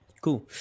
Cool